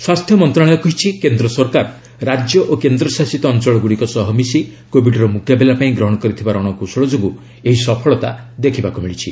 ସ୍ୱାସ୍ଥ୍ୟ ମନ୍ତ୍ରଣାଳୟ କହିଛି କେନ୍ଦ୍ର ସରକାର ରାଜ୍ୟ ଓ କେନ୍ଦ୍ରଶାସିତ ଅଞ୍ଚଳ ଗୁଡ଼ିକ ସହ ମିଶି କୋଭିଡର ମୁକାବିଲା ପାଇଁ ଗ୍ରହଣ କରିଥିବା ରଣକୌଶଳ ଯୋଗୁଁ ଏହି ସଫଳତା ଦେଖିବାକୁ ମିଳିଛି